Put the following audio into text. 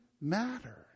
matter